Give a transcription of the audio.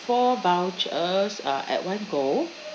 four vouchers uh at one go